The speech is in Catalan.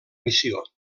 missió